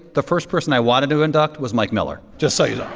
the first person i wanted to induct was mike miller. just so you know.